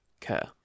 care